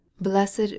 Blessed